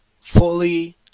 fully